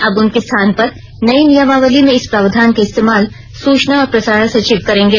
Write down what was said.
अब उनके स्थान पर नयी नियमावली में इस प्रावधान का इस्तेमाल सूचना और प्रसारण सचिव करेंगे